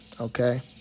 okay